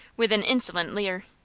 with an insolent leer.